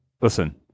listen